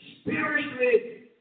spiritually